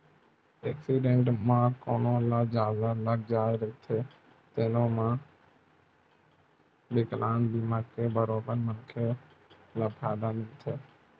accident म कोनो ल जादा लाग जाए रहिथे तेनो म बिकलांगता बीमा के बरोबर मनखे ल फायदा मिलथे